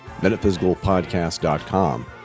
metaphysicalpodcast.com